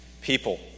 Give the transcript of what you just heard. people